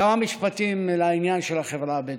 כמה משפטים לעניין של החברה הבדואית.